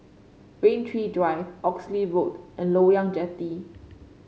Rain Tree Drive Oxley Road and Loyang Jetty